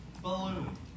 balloon